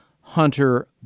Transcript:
Hunter